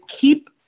keep